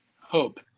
hope